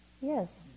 Yes